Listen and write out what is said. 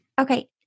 Okay